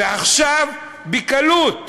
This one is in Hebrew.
ועכשיו, בקלות,